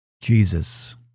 Jesus